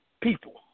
people